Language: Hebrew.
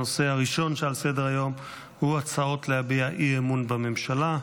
הנושא הראשון שעל סדר-היום הוא הצעות להביע אי-אמון בממשלה.